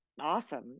awesome